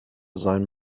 sein